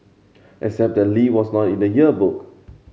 except that Lee was not in the yearbook